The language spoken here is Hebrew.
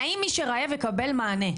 האם מי שרעב יקבל מענה?